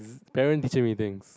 parent teaching meetings